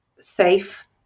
safe